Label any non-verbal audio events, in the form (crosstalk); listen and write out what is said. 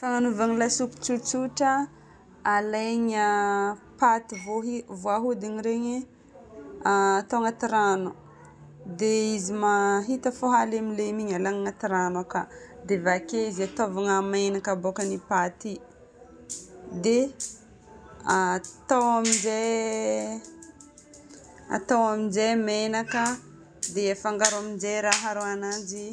Fagnanovagna lasopy tsotsotra: alaigna paty voy- voahodina regny atao agnaty rano. Dia izy ma- hita fô halemilemy igny alagna agnaty rano akao, dia vake izy ataovagna menaka aboakan'y paty igny, dia ahh (hesitation) atao aminjay (hesitation) atao aminjay menaka dia atao aminjay raha aharo ananjy.